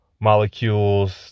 molecules